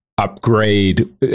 Upgrade